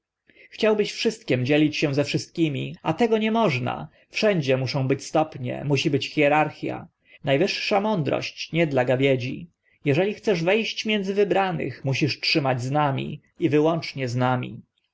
chciałbyś wszystkim dzielić się ze wszystkimi a tego nie można wszędzie muszą być stopnie musi być hierarchia na wyższa mądrość nie dla gawiedzi jeśli chcesz we ść między wybranych musisz trzymać z nami i wyłącznie z nami